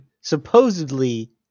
supposedly